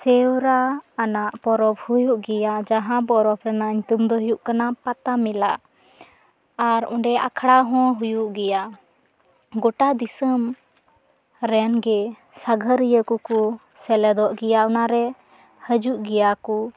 ᱥᱮᱶᱨᱟ ᱟᱱᱟᱜ ᱯᱚᱨᱚᱵᱽ ᱦᱩᱭᱩᱜ ᱜᱮᱭᱟ ᱡᱟᱦᱟᱸ ᱯᱚᱨᱚᱵᱽ ᱨᱮᱭᱟᱜ ᱧᱩᱛᱩᱢ ᱫᱚ ᱦᱩᱭᱩᱜ ᱠᱟᱱᱟ ᱯᱟᱛᱟ ᱢᱮᱞᱟ ᱟᱨ ᱚᱸᱰᱮ ᱟᱠᱷᱟᱲᱟ ᱦᱚᱸ ᱦᱩᱭᱩᱜ ᱜᱮᱭᱟ ᱜᱚᱴᱟ ᱫᱤᱥᱟᱹᱢ ᱨᱮᱱ ᱜᱮ ᱥᱟᱸᱜᱷᱟᱹᱨᱤᱭᱟᱹ ᱠᱚᱠᱚ ᱥᱮᱞᱮᱫᱚᱜ ᱜᱮᱭᱟ ᱚᱱᱟ ᱨᱮ ᱦᱟᱹᱡᱩᱜ ᱜᱮᱭᱟ ᱠᱚ